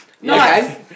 Nice